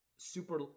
super